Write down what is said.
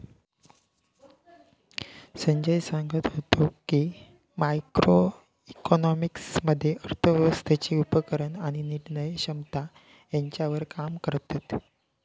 संजय सांगत व्हतो की, मॅक्रो इकॉनॉमिक्स मध्ये अर्थव्यवस्थेचे उपक्रम आणि निर्णय क्षमता ह्यांच्यावर काम करतत